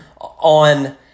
on